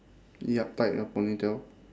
yup tied a ponytail